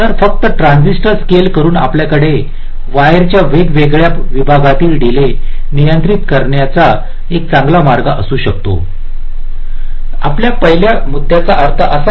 तर फक्त transistor scale करून आपल्याकडे ताराच्या वेगवेगळ्या विभागातील डीले नियंत्रित करण्याचा एक चांगला मार्ग असू शकतो आपल्या पहिल्या मुद्याचा अर्थ असा आहे